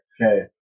Okay